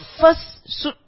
first